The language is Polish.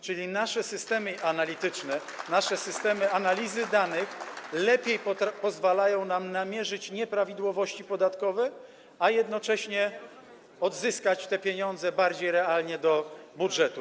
Czyli nasze systemy analityczne, nasze systemy analizy danych lepiej pozwalają nam namierzyć nieprawidłowości podatkowe, a jednocześnie odzyskać te pieniądze bardziej realnie do budżetu.